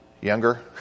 younger